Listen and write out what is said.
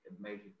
major